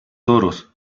toros